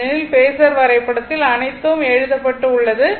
ஏனெனில் பேஸர் வரைபடத்தில் அனைத்தும் எழுதப்பட்டு உள்ளது